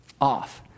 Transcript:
off